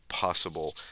possible